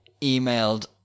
emailed